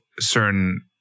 certain